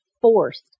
forced